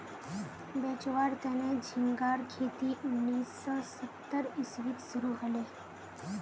बेचुवार तने झिंगार खेती उन्नीस सौ सत्तर इसवीत शुरू हले